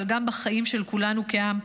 אבל גם בחיים של כולנו כעם,